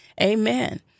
Amen